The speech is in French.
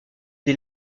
des